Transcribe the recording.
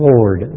Lord